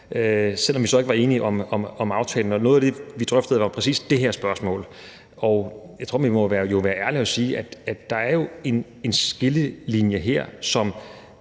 selv om vi så ikke var enige om aftalen. Og noget af det, som vi drøftede, var jo præcis det her spørgsmål, og jeg tror jo, vi må være ærlige og sige, at der her er en skillelinje, og